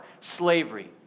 slavery